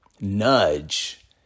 nudge